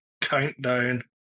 countdown